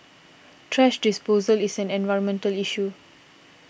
thrash disposal is an environmental issue